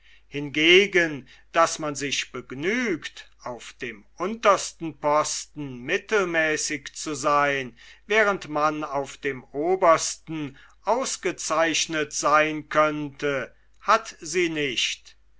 hingegen daß man sich begnügt auf dem untersten posten mittelmäßig zu seyn während man auf dem obersten ausgezeichnet seyn könnte hat sie nicht